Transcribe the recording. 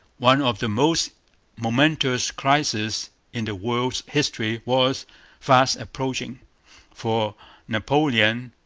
one of the most momentous crises in the world's history was fast approaching for napoleon,